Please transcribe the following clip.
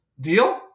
Deal